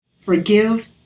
Forgive